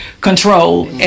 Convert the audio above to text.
control